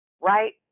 right